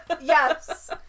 yes